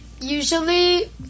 usually